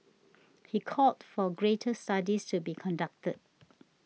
he called for greater studies to be conducted